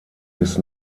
bis